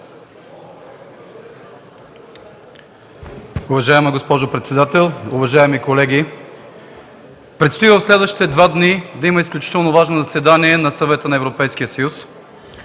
Уважаема госпожо председател, уважаеми колеги! В следващите два дни предстои да има изключително важно заседание на Съвета на Европейския съюз,